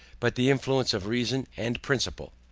but the influence of reason and principle.